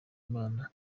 imana